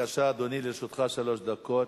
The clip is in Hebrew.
בבקשה, אדוני, לרשותך שלוש דקות.